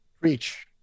Preach